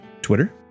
Twitter